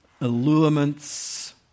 allurements